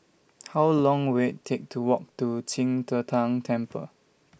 How Long Will IT Take to Walk to Qing De Tang Temple